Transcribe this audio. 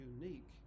unique